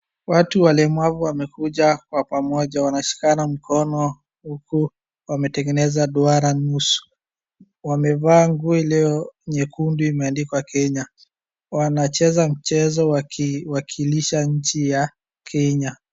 Watu walemavu wamekuja kwa pamoja wanashikana mkono huku wametengeneza duara nusu. Wamevaa nguo iliyo nyekundu imeandikwa Kenya. Wanacheza mchezo wakiwakilisha nchi ya Kenya.